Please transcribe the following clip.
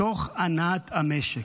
תוך הנעת המשק,